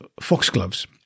foxgloves